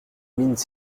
mines